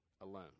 alone